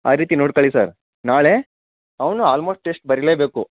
ಆ ರೀತಿ ನೋಡಿಕೊಳ್ಳಿ ಸರ್ ನಾಳೆ ಅವನು ಆಲ್ಮೋಸ್ಟ್ ಟೆಸ್ಟ್ ಬರಿಲೇಬೇಕು